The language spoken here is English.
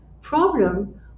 problem